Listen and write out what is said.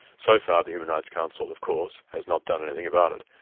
so far, the human rights council, of course, has not done anything about it,